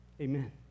Amen